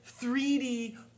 3D